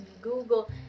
Google